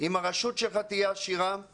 אם הרשות שלך תהיה עשירה,